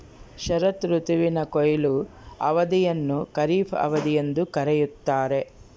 ಶರತ್ ಋತುವಿನ ಕೊಯ್ಲು ಅವಧಿಯನ್ನು ಖಾರಿಫ್ ಅವಧಿ ಎಂದು ಕರೆಯುತ್ತಾರೆ